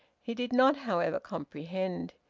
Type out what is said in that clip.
he did not, however, comprehend.